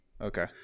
Okay